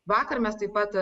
vakar mes taip pat